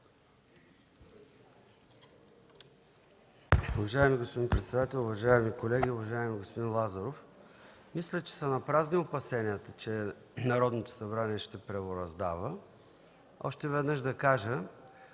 Уважаеми господин председател, уважаеми колеги! Уважаеми господин Лазаров, мисля, че са напразни опасенията, че Народното събрание ще правораздава. Още веднъж да кажа